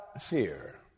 fear